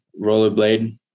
rollerblade